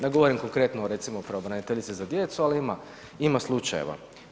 Ne govorim konkretno o recimo, pravobraniteljici za djecu, ali ima slučajeva.